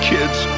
Kids